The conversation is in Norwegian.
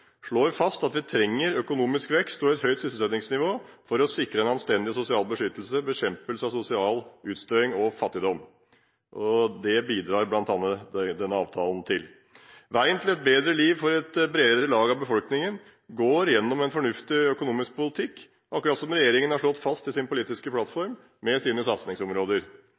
slår fast at vi trenger økonomisk vekst og et høyt sysselsettingsnivå for å sikre en anstendig sosial beskyttelse, bekjempelse av sosial utstøting og fattigdom. Det bidrar bl.a. denne avtalen til. Veien til et bedre liv for et bredere lag av befolkningen går gjennom en fornuftig økonomisk politikk, akkurat som regjeringen har slått fast i sin politiske plattform med sine satsingsområder.